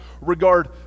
regard